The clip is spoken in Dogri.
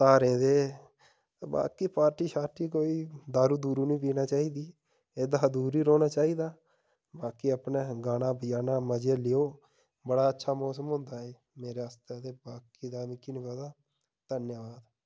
धारें दे बाकी पार्टी सार्टी कोई दारू दुरु नी पीनी चाहिदी एह्दे हा दूर ही रौह्ना चाहिदा बाकी अपने गाना बजाना मज़े लैओ बड़ा अच्छा मौसम होंदा ऐ मेरे आस्ते ते बाकी दा मिगी नी पता धन्यबाद